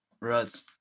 Right